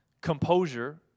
composure